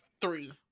three